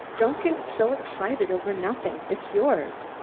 don't get so excited over nothing. it's yours.